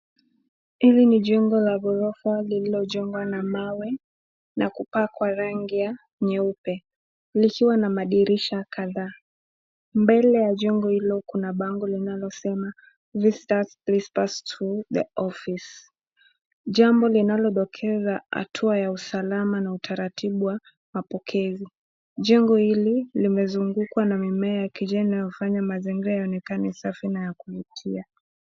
Hili ni jengo la gorofa lililojengwa na mawe na kupakwa rangi ya nyeupe, likiwa na madirisha kadhaa. Mbele ya jengo hilo kuna bango linalosema, visitors please pass through the office . Jambo linalodokeza hatua ya usalama na utaratibu wa upokezi. Jengo hili limezungukwa na mimea ya kijani na yanayofanya mazingira yakae safi na ya kuvutia.